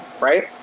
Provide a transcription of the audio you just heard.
right